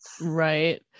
Right